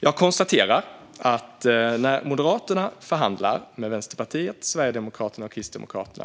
Jag konstaterar att det blir noll till rättsväsendet när Moderaterna förhandlar med Vänsterpartiet, Sverigedemokraterna och Kristdemokraterna.